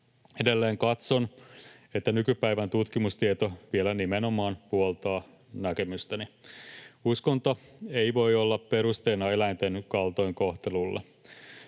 Edelleen katson, että nykypäivän tutkimustieto vielä nimenomaan puoltaa näkemystäni. Uskonto ei voi olla perusteena eläinten kaltoinkohtelulle.